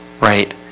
right